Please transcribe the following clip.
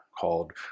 called